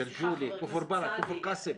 ג'לג'וליה, כפר ברא, כפר קאסם.